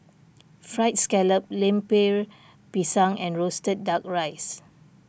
Fried Scallop Lemper Pisang and Roasted Duck Rice